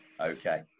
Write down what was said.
okay